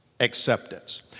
acceptance